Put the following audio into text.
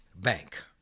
Bank